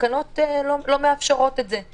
התקנות לא מאפשרות את זה.